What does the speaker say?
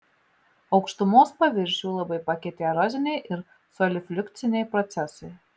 aukštumos paviršių labai pakeitė eroziniai ir solifliukciniai procesai